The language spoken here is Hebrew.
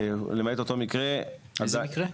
למעט אותו מקרה --- איזה מקרה?